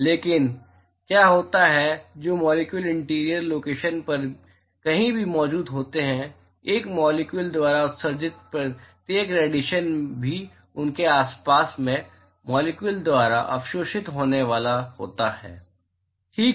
लेकिन क्या होता है जो मॉलिक्यूल इंटीरियर लोकेशन पर कहीं भी मौजूद होते हैं एक मॉलिक्यूल द्वारा उत्सर्जित प्रत्येक रेडिएशन भी उनके आसपास के मॉलिक्यूल द्वारा अवशोषित होने वाला होता है ठीक है